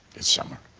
it's summer.